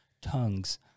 tongues